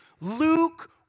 Luke